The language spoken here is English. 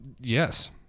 yes